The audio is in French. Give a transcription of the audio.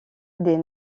des